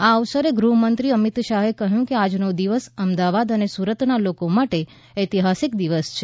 આ અવસરે ગૃહમંત્રી શ્રી શાહે કહ્યું કે આજનો દિવસ અમદાવાદ અને સુરતના લોકો માટે ઐતિહાસિક દિવસ છે